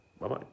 Bye-bye